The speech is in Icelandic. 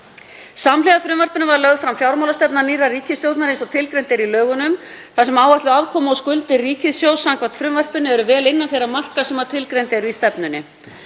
Samhliða frumvarpinu var lögð fram fjármálastefna nýrrar ríkisstjórnar eins og tilgreint er í lögunum þar sem áætluð afkoma og skuldir ríkissjóðs samkvæmt frumvarpinu eru vel innan þeirra marka sem tilgreind eru í stefnunni.